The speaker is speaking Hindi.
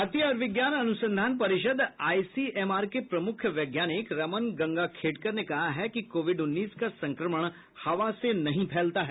भारतीय आयुर्विज्ञान अनुसंधान परिषद आईसीएमआर के प्रमुख वैज्ञानिक रमन गंगाखेडकर ने कहा है कि कोविड उन्नीस का संक्रमण हवा से नहीं फैलता है